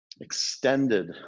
Extended